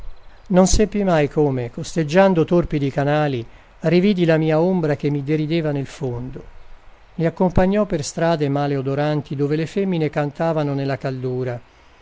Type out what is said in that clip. non seppi mai come costeggiando torpidi canali rividi la mia ombra che mi derideva nel fondo i accompagnò per strade male odoranti dove le femmine cantavano nella caldura